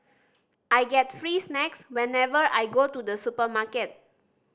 I get free snacks whenever I go to the supermarket